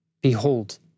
behold